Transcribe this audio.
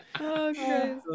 Okay